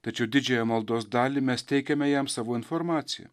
tačiau didžiąją maldos dalį mes teikiame jam savo informaciją